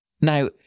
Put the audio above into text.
Now